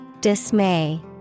Dismay